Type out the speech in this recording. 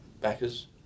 backers